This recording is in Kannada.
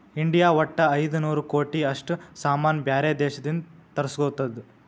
ಇಂಡಿಯಾ ವಟ್ಟ ಐಯ್ದ ನೂರ್ ಕೋಟಿ ಅಷ್ಟ ಸಾಮಾನ್ ಬ್ಯಾರೆ ದೇಶದಿಂದ್ ತರುಸ್ಗೊತ್ತುದ್